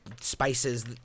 spices